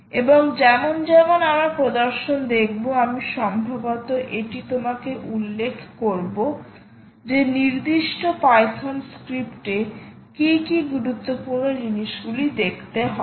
এবং যেমন যেমন আমরা প্রদশন দেখবো আমি সম্ভবত এটি তোমাকে উল্লেখ করব যে নির্দিষ্ট পাইথন স্ক্রিপ্টে কী কী গুরুত্বপূর্ণ জিনিসগুলি দেখতে হবে